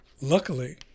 luckily